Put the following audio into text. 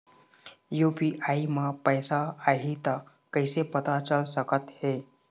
UPI म पैसा आही त कइसे पता चल सकत हे?